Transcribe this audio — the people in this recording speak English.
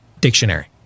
dictionary